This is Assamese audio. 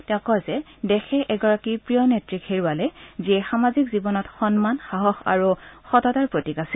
তেওঁ কয় যে দেশে এগৰাকী প্ৰিয় নেত্ৰীক হেৰুৱালে যিয়ে সামাজিক জীৱনত সন্মান সাহস আৰু সততাৰ প্ৰতীক আছিল